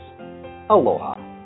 Aloha